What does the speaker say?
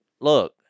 look